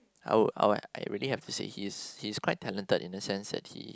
I would I would I really have to say he's he's quite talented in the sense that he